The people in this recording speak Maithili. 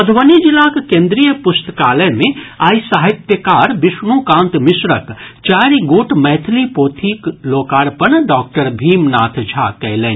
मधुबनीक जिला केन्द्रीय पुस्तकालय मे आई साहित्यकार विष्णुकांत मिश्रक चारि गोट मैथिली पोथीक लोकार्पण डॉक्टर भीमनाथ झा कयलनि